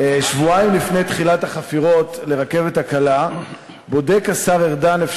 שבועיים לפני תחילת החפירות לרכבת הקלה השר ארדן בודק